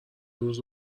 روز